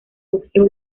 boxeo